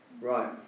Right